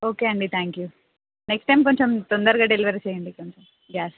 okay అండి thank you next time కొంచెం తొందరగా డెలివరీ చేయండి కొంచెం గ్యాస్